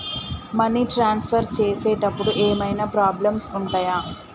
Money transfer చేసేటప్పుడు ఏమైనా problems ఉంటయా?